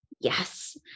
Yes